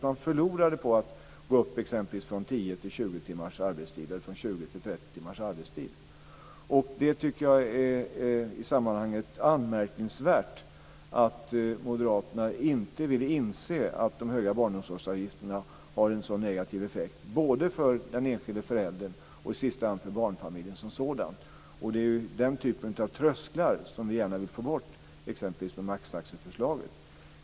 Man förlorade på att gå upp från 10 till 20 Jag tycker att det är anmärkningsvärt att moderaterna inte vill inse att de höga barnomsorgsavgifterna har en så negativ effekt, både för den enskilda föräldern och i sista hand för barnfamiljen som sådan. Det är den typen av trösklar som vi gärna vill få bort genom t.ex. maxtaxeförslaget.